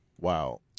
Wow